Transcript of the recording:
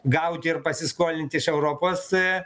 gauti ir pasiskolinti iš europos